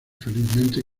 felizmente